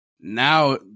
now